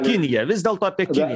kinija vis dėl to apie kiniją